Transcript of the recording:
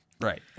right